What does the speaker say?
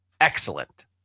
excellent